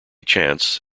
chance